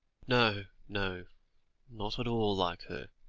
no, no not at all like her,